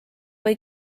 või